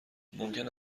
ممکن